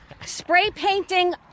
Spray-painting